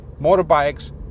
motorbikes